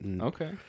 Okay